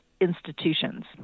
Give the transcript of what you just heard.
institutions